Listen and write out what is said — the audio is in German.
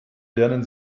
lernen